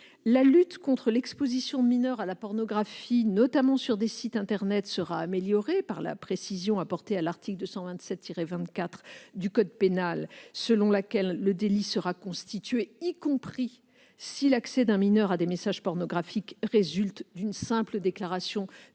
la lutte contre l'exposition de mineurs à la pornographie, notamment sur des sites internet, sera améliorée par la précision apportée à l'article 227-24 du code pénal selon laquelle le délit sera constitué, y compris si l'accès d'un mineur à des messages pornographiques résulte d'une simple déclaration de